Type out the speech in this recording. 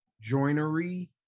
joinery